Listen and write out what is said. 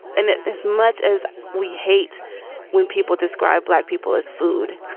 and as much as we hate when people describe black people as food,